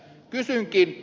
kysynkin